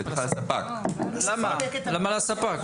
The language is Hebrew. למה על הספק?